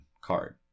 card